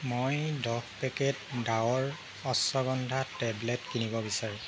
মই দহ packet Dabur ashwagandha tablet কিনিব বিচাৰোঁ